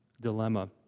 dilemma